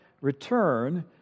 return